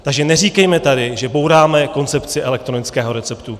Takže neříkejme tady, že bouráme koncepci elektronického receptu.